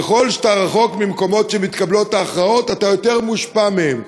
ככל שאתה רחוק ממקומות שבהם מתקבלות ההכרעות אתה יותר מושפע מהן.